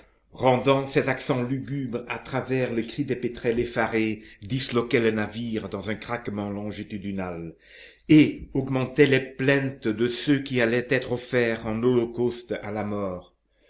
rendant ses accents lugubres à travers le cri des pétrels effarés disloquait le navire dans un craquement longitudinal et augmentait les plaintes de ceux qui allaient être offerts en holocauste à la mort